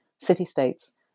city-states